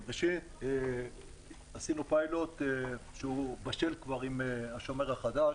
ראשית, עשינו פיילוט שהוא בשל כבר עם השומר החדש.